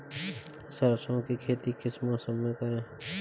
सरसों की खेती किस मौसम में करें?